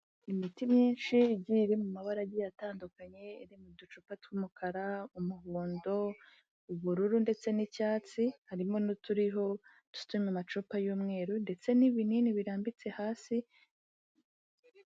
Imiti myinshi igiye iri mu mabara agiye atandukanye iri mu ducupa tw'umukara, umuhondo, ubururu ndetse n'icyatsi, harimo n'uturiho dufite mu macupa y'umweru ndetse n'ibinini birambitse hasi.